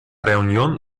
reunión